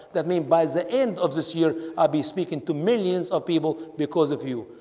that means by the end of this year i'll be speaking to millions of people because of you.